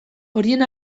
horien